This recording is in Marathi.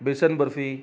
बेसन बर्फी